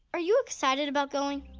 are you excited about going?